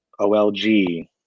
OLG